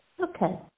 Okay